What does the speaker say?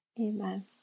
Amen